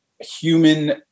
human